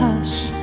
Hush